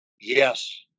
yes